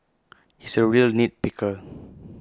he's A real nit picker